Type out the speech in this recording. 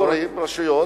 רשויות,